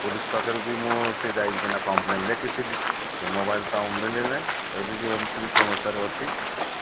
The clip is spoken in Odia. ପୋଲିସ ପାଖରେ ବି ମୁଁ ସେ ଯାଇକିନା କମ୍ପ୍ଲେନ୍ ଲେଖିଥିଲି ସେ ମୋବାଇଲ ତ ଆଉ ମିଳିନାହିଁ ଏବେ ବି ଏମିତି ବି ସମସ୍ୟାରେ ଅଛି